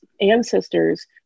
ancestors